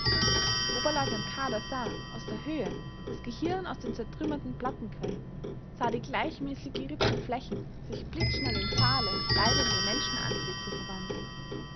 oberleutnant kadar sah aus der höhe das gehirn aus den zertrümmerten platten quellen sah die gleichmäßig gerippten flächen sich blitzschnell in fahle leidende menschenantlitze verwandeln